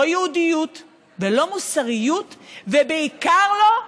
לא יהודיות ולא מוסריות, ובעיקר, לא ביטחון.